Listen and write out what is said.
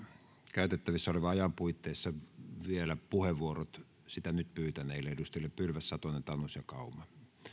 käytettävissä olevan ajan puitteissa vielä puheenvuorot sitä nyt pyytäneille edustajille pylväs satonen tanus ja kauma